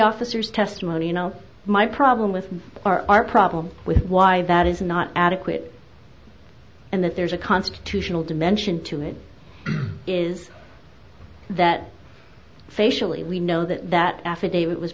officer's testimony you know my problem with our problem with why that is not adequate and that there's a constitutional dimension to it is that facially we know that that affidavit was